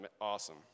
awesome